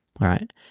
right